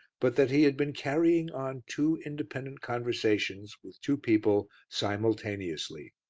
but that he had been carrying on two independent conversations with two people simultaneously.